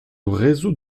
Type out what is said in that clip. réseau